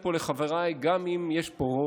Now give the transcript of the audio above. ואני רוצה להגיד פה לחבריי, גם אם יש פה רוב,